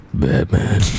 Batman